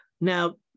now